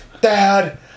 Dad